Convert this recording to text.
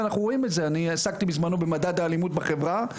אני עסקתי בזמנו במדד האלימות בחברה,